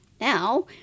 now